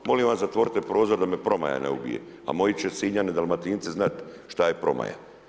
Molim vas zatvorite prozor da me promaja ne ubije, a moji će Sinjani Dalmatinci znati šta je promaja.